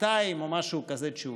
או משהו כזה.